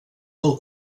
del